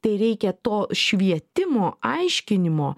tai reikia to švietimo aiškinimo